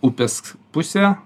upės pusę